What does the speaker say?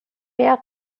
mehr